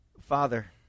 Father